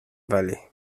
vale